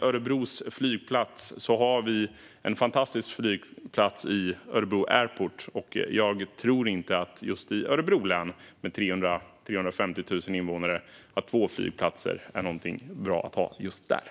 Örebro har en fantastisk flygplats: Örebro Airport. Jag tror inte att det är bra att ha två flygplatser just i Örebro län, med 300 000-350 000 invånare.